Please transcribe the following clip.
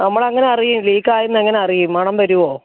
നമ്മൾ എങ്ങനെ അറിയും ലീക്ക് ആയി എന്ന് എങ്ങനെ അറിയും മണം വരുമോ